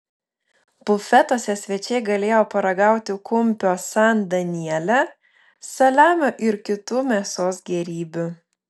bufetuose svečiai galėjo paragauti kumpio san daniele saliamio ir kitų mėsos gėrybių